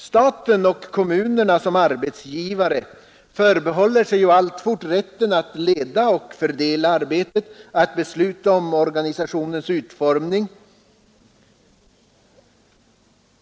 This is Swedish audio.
Staten och kommunerna som arbetsgivare förbehåller sig alltfort rätten att leda och fördela arbetet samt att besluta om organisationens utveckling.